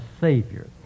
Savior